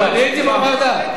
אתה משקר.